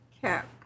Cap